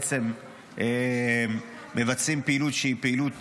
הארגונים האלה בעצם מבצעים פעילות שהיא פעילות